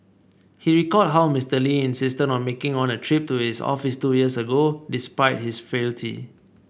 he recalled how Mister Lee insisted on making on a trip to his office two years ago despite his frailty